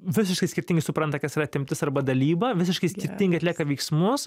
visiškai skirtingai supranta kas yra atimtis arba dalyba visiškai skirtingai atlieka veiksmus